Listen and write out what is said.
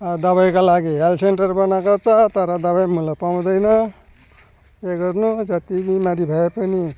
दबाईको लागि health centre बनाएको छ तर दबाईमुलो पाउँदैन के गर्नु जति बिमारी भएँ पनि